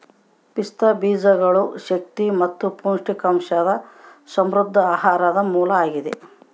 ಪಿಸ್ತಾ ಬೀಜಗಳು ಶಕ್ತಿ ಮತ್ತು ಪೋಷಕಾಂಶದ ಸಮೃದ್ಧ ಆಹಾರ ಮೂಲ ಆಗಿದೆ